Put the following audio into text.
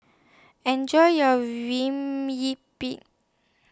Enjoy your